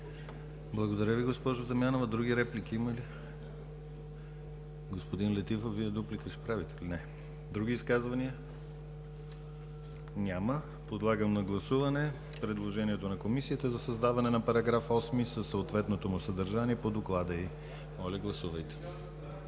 Благодаря Ви, госпожо Дамянова. Други реплики има ли? Господин Летифов, Вие дуплика ще правите ли? Не. Други изказвания? Няма. Подлагам на гласуване предложението на Комисията за създаване на § 8 със съответното му съдържание по доклада й. Гласували